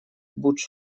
бурдж